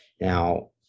now